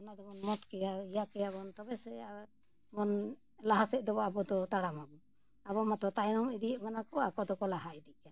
ᱚᱱᱟ ᱫᱚᱵᱚᱱ ᱢᱚᱛ ᱠᱮᱭᱟ ᱤᱭᱟᱹ ᱠᱮᱭᱟᱵᱚᱱ ᱛᱚᱵᱮ ᱥᱮᱵᱚᱱ ᱞᱟᱦᱟ ᱥᱮᱫ ᱫᱚᱵᱚᱱ ᱟᱵᱚᱫᱚ ᱛᱟᱲᱟᱢᱟᱵᱚᱱ ᱟᱵᱚ ᱢᱟᱛᱚ ᱛᱟᱭᱚᱢ ᱤᱫᱤᱭᱮᱫ ᱵᱚᱱᱟ ᱠᱚ ᱟᱠᱚ ᱫᱚᱠᱚ ᱞᱟᱦᱟ ᱤᱫᱤᱜ ᱠᱟᱱᱟ